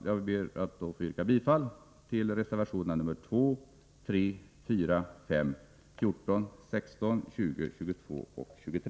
Jag ber att få yrka bifall till reservationerna 2,3, 4,5, 14,16, 20, 22 och 23.